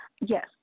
Yes